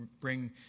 bring